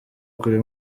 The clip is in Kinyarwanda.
kuri